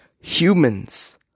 Humans